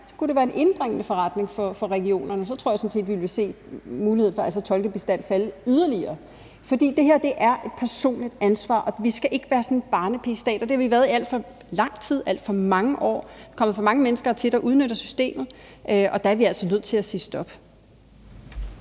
Det kunne da være indbringende forretning for regionerne. Så tror jeg sådan set, vi ville se brugen af tolkebistand falde yderligere. For det her er et personligt ansvar, og vi skal ikke være sådan en barnepigestat, og det har vi været i al for lang tid, i alt for mange år. Der er kommet for mange mennesker hertil, der udnytter systemet, og der er vi altså nødt til at sige stop.